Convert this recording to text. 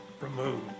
removed